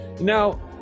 Now